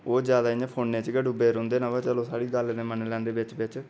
ओह् जैदा इ'यां फोनै च गै डुब्बे रौंह्दे न अवा चलो साढ़ी गल्ल ते मन्नी लैंदे बिच बिच